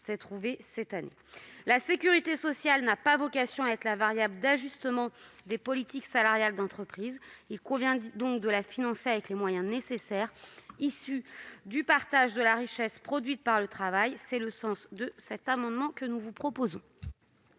s'est trouvée cette année. La sécurité sociale n'a pas vocation à être la variable d'ajustement des politiques salariales des entreprises. Il convient donc de la financer avec les moyens nécessaires, issus du partage de la richesse produite par le travail. Tel est le sens de cet amendement. Quel est l'avis